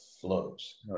flows